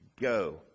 go